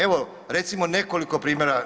Evo recimo nekoliko primjera.